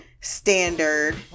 standard